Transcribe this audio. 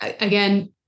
again